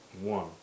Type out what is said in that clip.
One